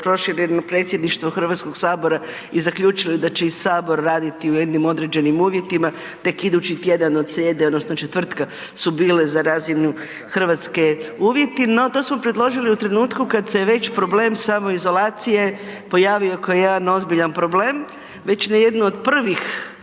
prošireno predsjedništvo HS-a i zaključili da će i Sabor raditi u jednim određenim uvjetima, tek idući tjedan od srijede odnosno četvrtka su bile za razinu Hrvatske uvjeti. No, to smo predložili u trenutku kada se je već problem samoizolacije pojavio kao jedan ozbiljan problem. Već na jednu od prvih